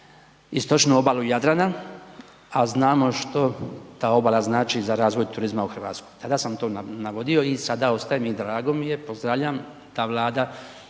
istočnu obalu Jadrana a znamo što ta obala znači za razvoj turizma u Hrvatskoj, tada sam to navodio i sada ostaje mi i drago mi je da ta Vlada